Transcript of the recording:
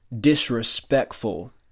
disrespectful